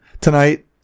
tonight